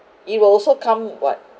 it will also come [what]